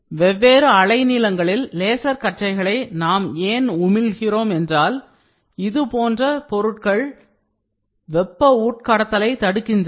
வெவ்வேறு அலை நீளங்களில் லேசர் கற்றைகளை நாம் ஏன் உமிழ்கிறோம் என்றால் இதுபோன்ற பொருட்கள் வெப்ப உட் கடத்தலை தடுக்கின்றன